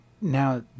Now